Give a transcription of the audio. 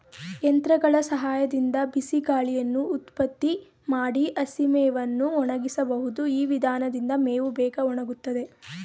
ಯಂತ್ರಗಳ ಸಹಾಯದಿಂದ ಬಿಸಿಗಾಳಿಯನ್ನು ಉತ್ಪತ್ತಿ ಮಾಡಿ ಹಸಿಮೇವನ್ನು ಒಣಗಿಸಬಹುದು ಈ ವಿಧಾನದಿಂದ ಮೇವು ಬೇಗ ಒಣಗುತ್ತದೆ